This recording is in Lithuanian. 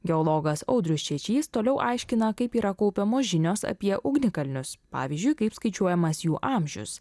geologas audrius čečys toliau aiškina kaip yra kaupiamos žinios apie ugnikalnius pavyzdžiui kaip skaičiuojamas jų amžius